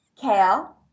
Kale